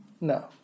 No